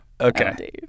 Okay